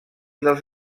dels